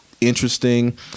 interesting